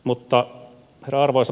arvoisa puhemies